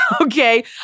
okay